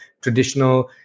traditional